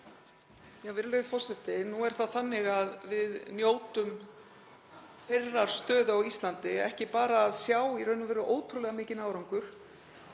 Virðulegur forseti. Nú er það þannig að við njótum þeirrar stöðu á Íslandi, ekki bara að sjá í raun og veru ótrúlega mikinn árangur